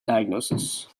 diagnosis